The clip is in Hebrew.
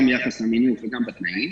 גם ביחס למימון וגם בתנאים,